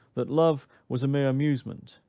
that love was a mere amusement,